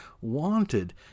wanted